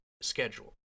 schedule